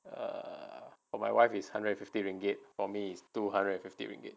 err hor my wife is hundred and fifty ringgit for me is two hundred and fifty ringgit